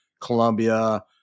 Colombia